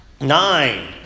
nine